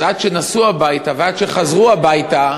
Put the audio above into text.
אז עד שנסעו הביתה ועד שחזרו הביתה,